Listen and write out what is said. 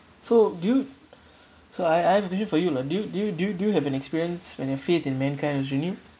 so do you so I I have a question for you lah do you do you do you do you have an experience when your faith in mankind was renewed